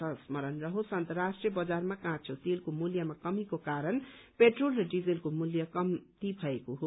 स्रमण रहोस अन्तर्राष्ट्रीय बजारमा काँचो तेलको मूल्यमा कमीको कारण पेट्रोल र डीजलको मूल्य कम्ती भएको छ